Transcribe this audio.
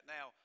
Now